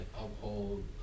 uphold